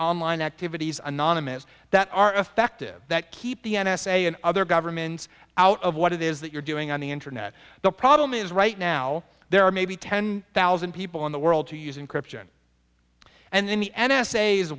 online activities anonymous that are effective that keep the n s a and other governments out of what it is that you're doing on the internet the problem is right now there are maybe ten thousand people in the world to use in corruption and